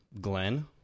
Glenn